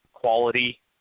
quality